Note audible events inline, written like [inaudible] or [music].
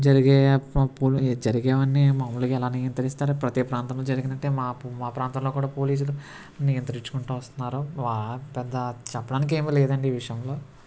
జరిగే [unintelligible] జరిగేవన్నీ మామూలుగా ఎలా నియంత్రిస్తారో ప్రతీ ప్రాంతంలో జరిగినట్టే మా ప్రాంతంలో కూడా పోలీసులు నియంత్రించుకుంటూ వస్తున్నారు పెద్ద చెప్పడానికి ఏమీ లేదండి ఈ విషయంలో